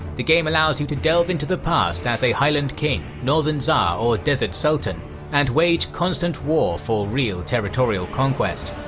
the game allows you to delve into the past as a highland king, northern tsar or desert sultan and wage constant war for real territorial conquest!